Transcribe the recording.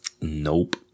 Nope